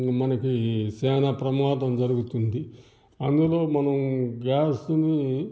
మనకి చానా ప్రమాదం జరుగుతుంది అం దులో మనం గ్యాసుని